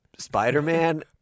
Spider-Man